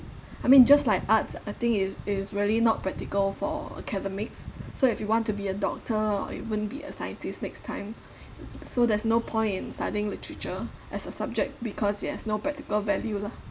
I mean just like arts I think is is really not practical for academics so if you want to be a doctor or even be a scientist next time so there's no point in studying literature as a subject because it has no practical value lah